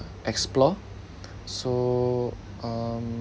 explore so um